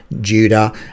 judah